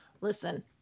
Listen